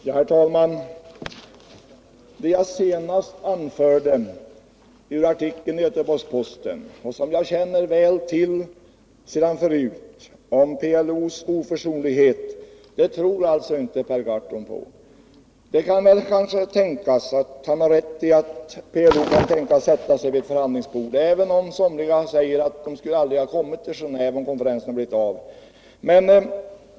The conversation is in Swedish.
Herr talman! Det jag senast anförde ur artikeln i Göteborgs-Posten och det som vi sedan tidigare känner till om PLO:s oförsonlighet tror alltså inte Per Gahrton på. Det kan kanske tänkas att PLO skulle sätta sig ned vid förhandlingsbordet, även om somliga säger att de aldrig skulle ha kommit till 'Genéve om konferensen blivit av.